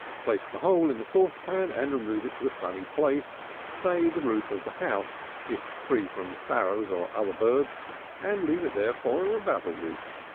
place the whole in a saucepan, and remove it to a sunny place say the roof of the house, if free from sparrows or other birds and leave it there for about a week.